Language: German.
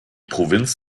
provinz